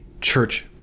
church